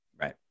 Right